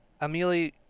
Amelia